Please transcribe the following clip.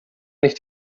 nicht